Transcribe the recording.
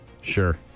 Sure